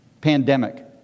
pandemic